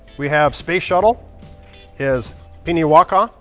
we have space shuttle is piini wakaa.